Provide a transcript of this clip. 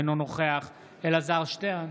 אינו נוכח אלעזר שטרן,